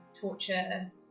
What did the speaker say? Torture